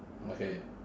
okay